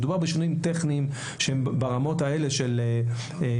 כאשר מדובר בשינויים טכניים שהם ברמות האלה של הפעלות,